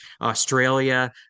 Australia